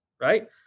Right